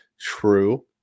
true